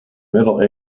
middle